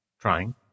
trying